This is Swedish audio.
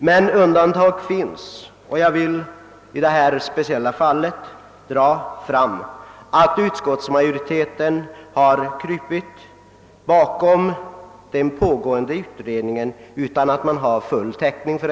Men det finns undantag, och jag vill i detta speciella fall erinra om att utskottsmajoriteten har krupit bakom den pågående utredningen utan att ha full täckning härför.